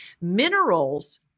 Minerals